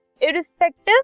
irrespective